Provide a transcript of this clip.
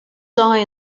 die